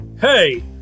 hey